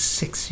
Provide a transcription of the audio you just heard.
six